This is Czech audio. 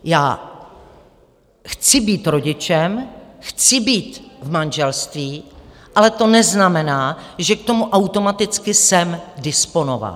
Já chci být rodičem, chci být v manželství, ale to neznamená, že k tomu automaticky jsem disponován.